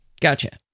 Gotcha